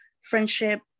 friendship